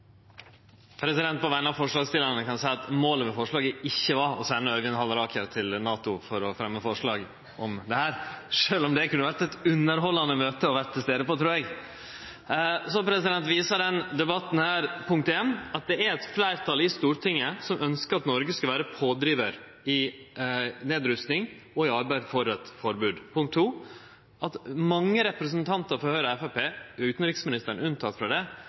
seie at målet med forslaget ikkje var å sende Øyvind Halleraker til NATO for å fremje forslag om dette, sjølv om eg trur det kunne vore eit underhaldande møte å vere til stades på. Denne debatten viser at det er eit fleirtal i Stortinget som ønskjer – punkt ein – at Noreg skal vere pådrivar for nedrusting og i arbeidet for eit forbod. Debatten viser – punkt to – at mange representantar for Høgre og Framstegspartiet, utanriksministeren unntatt frå det,